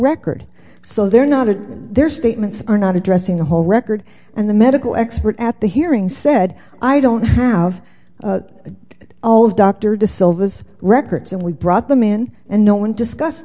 record so they're not in their statements are not addressing the whole record and the medical expert at the hearing said i don't have it all of doctor to silva's records and we brought them in and no one discuss